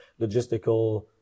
logistical